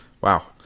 Wow